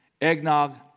Eggnog